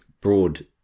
broad